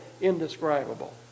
indescribable